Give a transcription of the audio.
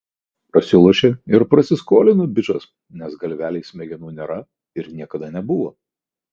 prasilošė ir prasiskolino bičas nes galvelėj smegenų nėra ir niekada nebuvo